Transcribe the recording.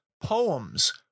poems